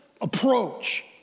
approach